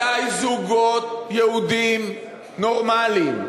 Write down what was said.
מתי זוגות יהודים נורמליים,